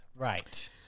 Right